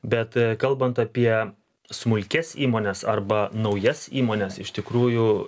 bet kalbant apie smulkias įmones arba naujas įmones iš tikrųjų